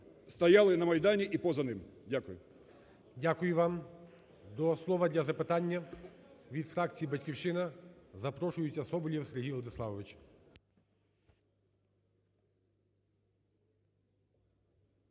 стояли на Майдані і поза ним. Дякую. ГОЛОВУЮЧИЙ. Дякую вам. До слова для запитання від фракції "Батьківщина" запрошується Соболєв Сергій Владиславович.